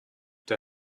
der